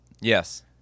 Yes